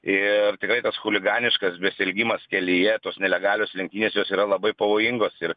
ir tikrai tas chuliganiškas besielgimas kelyje tos nelegalios lenktynės jos yra labai pavojingos ir